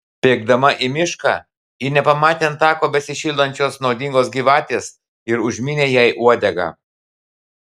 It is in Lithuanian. bėgdama į mišką ji nepamatė ant tako besišildančios nuodingos gyvatės ir užmynė jai uodegą